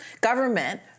government